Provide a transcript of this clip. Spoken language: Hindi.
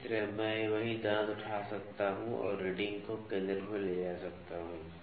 इसी तरह मैं वही दांत उठा सकता हूं और रीडिंग को केंद्र में ले जा सकता हूं